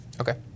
Okay